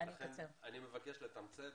לכן אני מקש לתמצת,